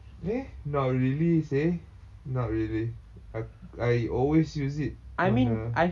eh not really seh not really I always use it on a